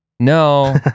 No